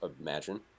imagine